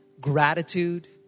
gratitude